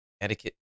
etiquette